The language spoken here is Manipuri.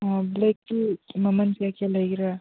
ꯕ꯭ꯂꯦꯛꯇꯤ ꯃꯃꯜ ꯀꯌꯥ ꯀꯌꯥ ꯂꯩꯒꯦꯔꯥ